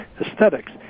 aesthetics